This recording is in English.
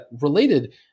related